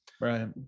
Right